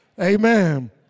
Amen